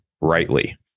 rightly